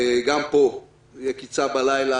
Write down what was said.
גם פה: יקיצה בלילה,